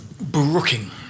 Brooking